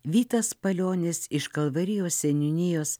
vytas palionis iš kalvarijos seniūnijos